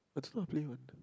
it's not playing [what]